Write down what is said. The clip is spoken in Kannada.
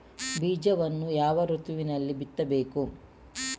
ಬೀಜವನ್ನು ಯಾವ ಋತುವಿನಲ್ಲಿ ಬಿತ್ತಬೇಕು?